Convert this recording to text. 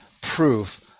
proof